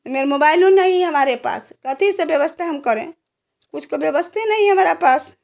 मोबाइलों नहीं है हमारे पास कहाँ से व्यवस्था हम करें कुछ तो व्यवस्था ही नहीं है हमारे पास